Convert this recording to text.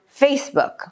Facebook